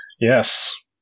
Yes